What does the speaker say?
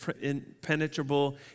impenetrable